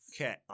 Okay